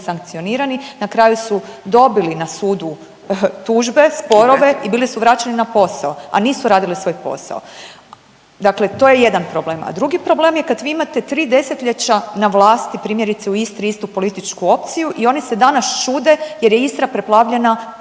sankcionirati, na kraju su dobili na sudu tužbe, sporove i bili su vraćeni na posao, a nisu radili svoj posao. Dakle, to je jedan problem. A drugi problem je kad vi imate tri desetljeća na vlasti, primjerice u Istri istu političku opciju i oni se danas čude jer je Istra preplavljena